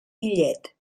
millet